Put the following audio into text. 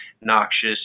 noxious